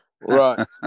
right